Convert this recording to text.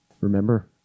remember